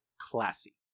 classy